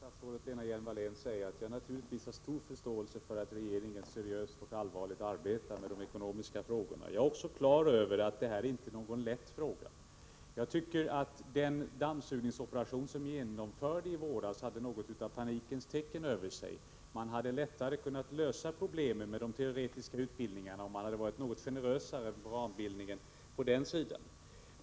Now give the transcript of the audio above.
Herr talman! Jag vill till statsrådet Lena Hjelm-Wallén säga att jag naturligtvis har förståelse för att regeringen seriöst och allvarligt arbetar med de ekonomiska frågorna. Vidare är jag klar över att det här inte är någon lätt fråga. Jag tycker dock att den dammsugningsoperation som genomfördes i våras hade något av panikens tecken över sig. Man hade lättare kunnat lösa problemen med de teoretiska utbildningarna om man hade varit något generösare med rambildningen på den sidan.